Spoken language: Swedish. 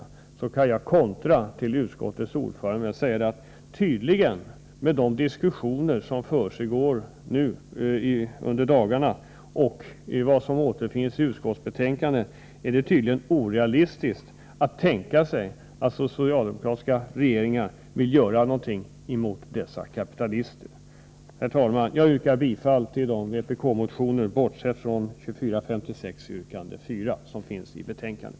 Jag kan bemöta utskottets ordförande med att säga att det tydligen — med tanke på de diskussioner som pågår nu och med tanke på vad som återfinns i betänkandet — är orealistiskt att tänka sig att socialdemokratiska regeringar vill göra någonting mot dessa kapitalister. Herr talman! Jag yrkar bifall till de vpk-motioner, bortsett från motion 2456 yrkande 4, vilka behandlas i betänkandet.